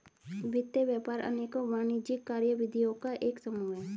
वित्त व्यापार अनेकों वाणिज्यिक कार्यविधियों का एक समूह है